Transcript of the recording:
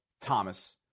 Thomas